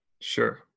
Sure